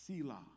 Selah